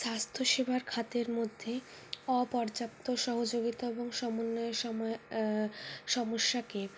স্বাস্থ্যসেবার খাতের মধ্যে অপর্যাপ্ত সহযোগিতা এবং সমন্বয়ের সময়ে সমস্যাকে